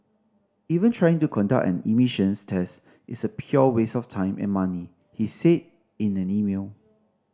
even trying to conduct an emissions test is a pure waste of time and money he said in an email